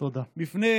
בפני